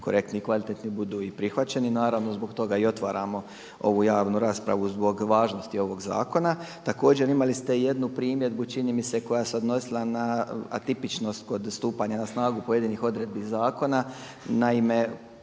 korektni i kvalitetni, budu i prihvaćeni naravno zbog toga i otvaramo ovu javnu raspravu zbog važnosti ovog zakona. Također imali ste i jednu primjedbu čini mi se koja se odnosila na atipičnost kod stupanja na snagu pojedinih odredbi zakona. Naime,